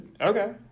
Okay